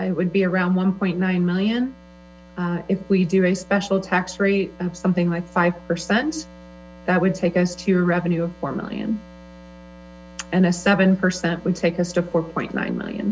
i would be around one point nine million if we do a special tax rate of something like five percent that would take us to your revenue of four million and a seven percent would take us to four point nine million